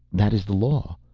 that is the law.